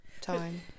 time